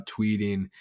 tweeting